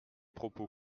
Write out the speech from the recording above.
propos